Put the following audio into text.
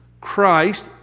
Christ